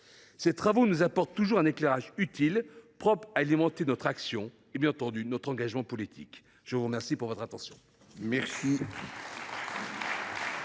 Ces travaux nous apportent toujours un éclairage utile, propre à alimenter notre action et, bien entendu, notre engagement politique. La parole est